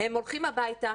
הם הולכים הביתה,